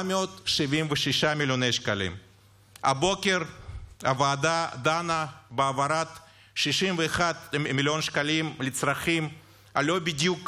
הבוקר הוועדה דנה בהעברת 61 מיליון שקלים לצרכים לא בדיוק